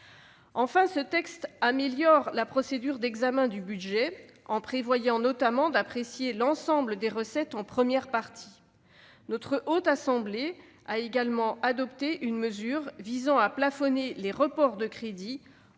Enfin, ce texte améliore la procédure d'examen du budget en prévoyant notamment que l'ensemble des recettes soient appréciées en première partie. La Haute Assemblée a également adopté une mesure tendant à plafonner les reports de crédits,